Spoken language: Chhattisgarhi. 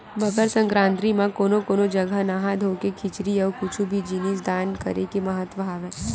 मकर संकरांति म कोनो कोनो जघा नहा धोके खिचरी अउ कुछु भी जिनिस दान करे के महत्ता हवय